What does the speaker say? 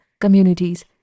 communities